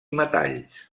metalls